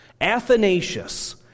Athanasius